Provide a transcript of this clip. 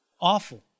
Awful